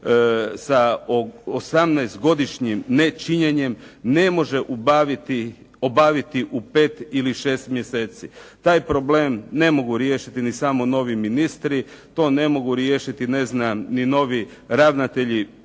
sa 18-godišnjim nečinjenjem ne može obaviti u 5 ili 6 mjeseci. Taj problem ne mogu riješiti ni samo novi ministri, to ne mogu riješiti ni novi ravnatelji